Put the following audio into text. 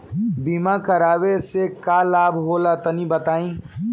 बीमा करावे से का लाभ होला तनि बताई?